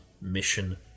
Mission